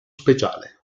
speciale